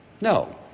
No